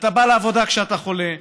אתה בא לעבודה כשאתה חולה,